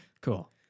cool